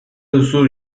duzu